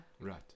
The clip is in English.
Right